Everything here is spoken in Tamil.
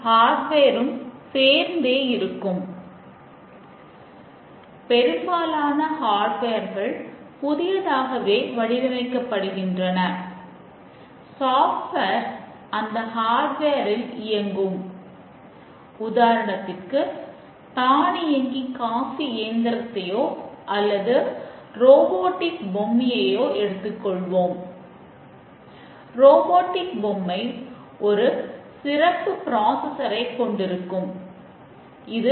ஆனால் சில வருடங்களாக டெஸ்டிங் செய்ய முடியாது